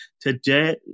Today